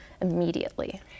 immediately